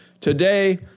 Today